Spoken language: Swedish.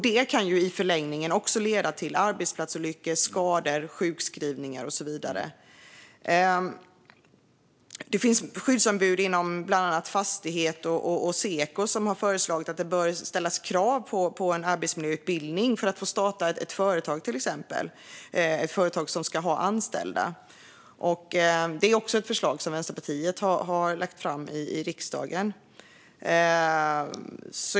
Det kan i förlängningen också leda till arbetsplatsolyckor, skador, sjukskrivningar och så vidare. Det finns skyddsombud inom bland annat Fastighets och Seko som har föreslagit att det bör ställas krav på en arbetsmiljöutbildning för att få starta till exempel ett företag som ska ha anställda. Det är också ett förslag som Vänsterpartiet har lagt fram i riksdagen.